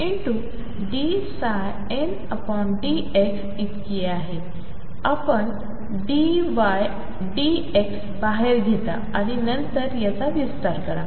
आपण d y d x बाहेर घेता आणि नंतर याचा विस्तार करा